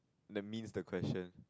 the means the question